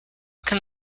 can